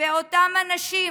באותם אנשים,